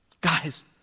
guys